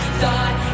thought